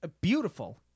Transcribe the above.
Beautiful